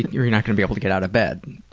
you're not gonna be able to get out of bed.